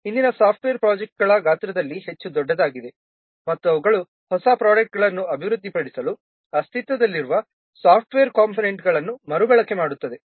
ಇಂದಿನ ಸಾಫ್ಟ್ವೇರ್ ಪ್ರಾಜೆಕ್ಟ್ಗಳು ಗಾತ್ರದಲ್ಲಿ ಹೆಚ್ಚು ದೊಡ್ಡದಾಗಿದೆ ಮತ್ತು ಅವುಗಳು ಹೊಸ ಪ್ರೋಡಾಕ್ಟ್ಗಳನ್ನು ಅಭಿವೃದ್ಧಿಪಡಿಸಲು ಅಸ್ತಿತ್ವದಲ್ಲಿರುವ ಸಾಫ್ಟ್ವೇರ್ ಕಂಪೋನೆಂಟ್ಗಳನ್ನು ಮರುಬಳಕೆ ಮಾಡುತ್ತವೆ